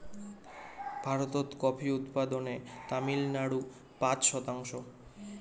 ভারতত কফি উৎপাদনে তামিলনাড়ু পাঁচ শতাংশ